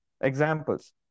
examples